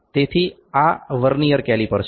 તેથી આ vernier calliper છે